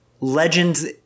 legends